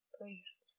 Please